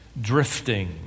drifting